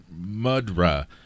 mudra